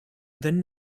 than